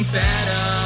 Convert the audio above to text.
better